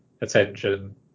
attention